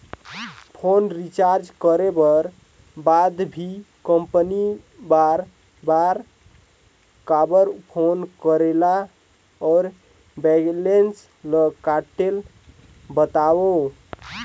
Phone recharge करे कर बाद भी कंपनी बार बार काबर फोन करेला और बैलेंस ल काटेल बतावव?